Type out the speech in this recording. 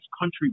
country